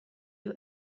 you